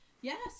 yes